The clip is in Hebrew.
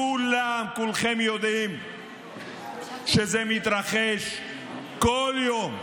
כולם, כולכם, יודעים שזה מתרחש כל יום,